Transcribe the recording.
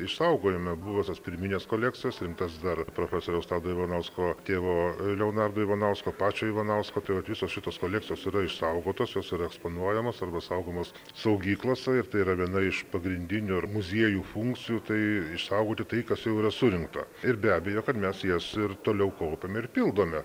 išsaugojome buvusias pirmines kolekcijas rinktas dar profesoriaus tado ivanausko tėvo leonardo ivanausko pačio ivanausko tai vat visos šitos kolekcijos yra išsaugotos jos yra eksponuojamos arba saugomos saugyklose ir tai yra viena iš pagrindinių ir muziejų funkcijų tai išsaugoti tai kas jau yra surinkta ir be abejo kad mes jas ir toliau kaupiame ir pildome